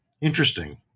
interesting